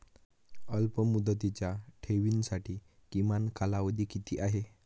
अल्पमुदतीच्या ठेवींसाठी किमान कालावधी किती आहे?